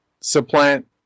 supplant